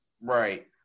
right